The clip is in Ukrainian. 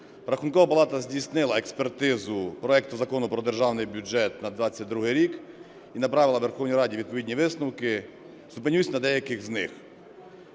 Рахункова палата здійснила експертизу проекту Закону про Державний бюджет на 22-й рік і направила Верховній Раді відповідні висновки. Зупинюсь на деяких з них.